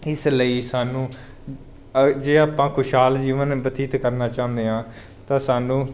ਇਸ ਲਈ ਸਾਨੂੰ ਜੇ ਆਪਾਂ ਖੁਸ਼ਹਾਲ ਜੀਵਨ ਬਤੀਤ ਕਰਨਾ ਚਾਹੁੰਦੇ ਹਾਂ ਤਾਂ ਸਾਨੂੰ